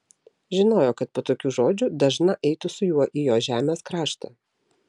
žinojo kad po tokių žodžių dažna eitų su juo į jo žemės kraštą